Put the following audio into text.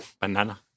banana